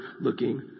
looking